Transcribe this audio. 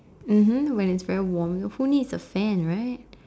mmhmm when it's very warm your phone needs a fan right